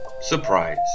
Surprise